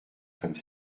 comme